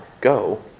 go